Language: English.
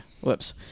whoops